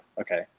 Okay